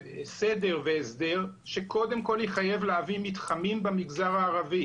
סדר והסדר שקודם כל יחייב להביא מתחמים במגזר הערבי